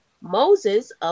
Moses